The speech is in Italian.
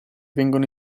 vengono